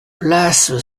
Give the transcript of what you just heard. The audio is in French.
place